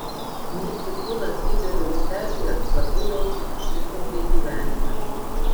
net ir būnant lyderiu aikštelėje svarbu jaustis užtikrintai gyvenime